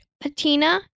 Patina